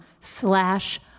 slash